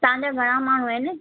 तव्हां जा घणा माण्हू आहिनि